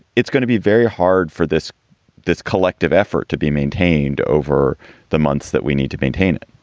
it's going to be very hard for this this collective effort to be maintained over the months that we need to maintain it